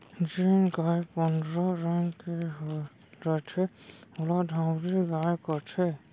जेन गाय पंडरा रंग के रथे ओला धंवरी गाय कथें